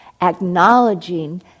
acknowledging